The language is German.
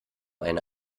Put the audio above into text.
eine